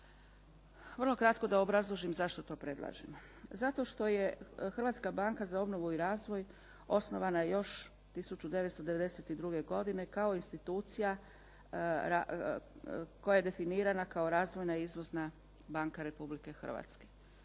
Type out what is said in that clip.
Vrlo kratko da obrazložim zašto to predlažemo. Zato što je Hrvatska banka za obnovu i razvoj osnovana još 1992. godine kao institucija koja je definirana kao razvojna izvozna banka Republike Hrvatske.